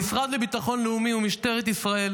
המשרד לביטחון לאומי ומשטרת ישראל